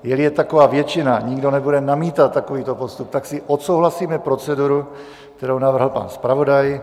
Jeli taková většina, nikdo nebude namítat takovýto postup, tak si odsouhlasíme proceduru, kterou navrhl pan zpravodaj.